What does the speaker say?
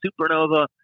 supernova